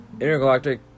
Intergalactic